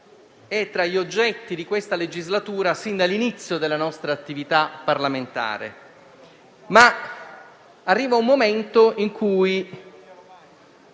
è tra gli oggetti di questa legislatura fin dall'inizio della nostra attività parlamentare. Arriva però un momento in cui